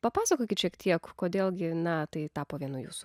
papasakokit šiek tiek kodėl gi na tai tapo vienu jūsų